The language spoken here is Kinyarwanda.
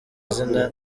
izina